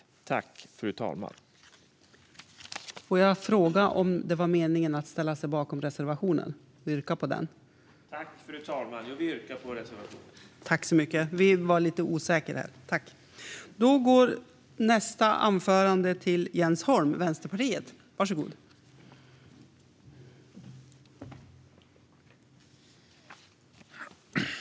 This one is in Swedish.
Fru talman! Jag yrkar bifall till vår reservation.